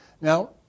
Now